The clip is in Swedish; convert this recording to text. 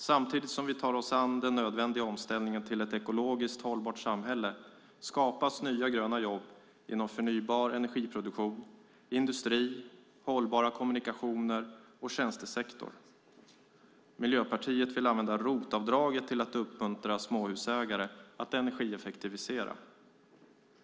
Samtidigt som vi tar oss an den nödvändiga omställningen till ett ekologiskt hållbart samhälle skapas nya gröna jobb inom förnybar energiproduktion, industri, hållbara kommunikationer och tjänstesektorn. Miljöpartiet vill använda ROT-avdraget till att uppmuntra småhusägare att energieffektivisera.